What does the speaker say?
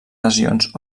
lesions